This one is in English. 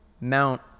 mount